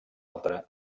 altra